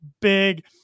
big